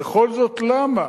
וכל זאת למה?